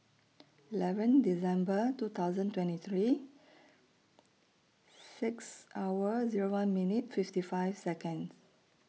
eleven December two thousand twenty three six hours Zero one minutes fifty five Seconds